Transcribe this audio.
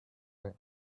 time